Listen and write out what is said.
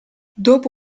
dopo